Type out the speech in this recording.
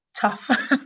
tough